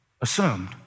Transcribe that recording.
assumed